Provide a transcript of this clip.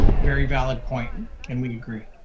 very valid point and we agree.